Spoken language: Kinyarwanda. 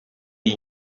iyo